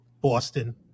Boston